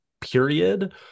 period